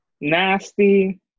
nasty